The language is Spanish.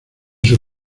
sus